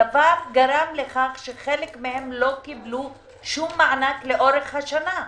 הדבר גרם לכך שחלקם לא קיבלו שום מענק לאורך השנה.